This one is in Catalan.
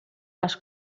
les